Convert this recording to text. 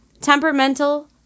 Temperamental